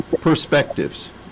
perspectives